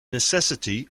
necessity